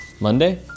Monday